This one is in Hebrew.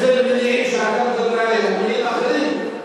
אם ממניעים כאלה או אחרים,